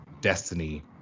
Destiny